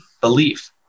belief